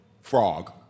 Frog